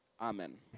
amen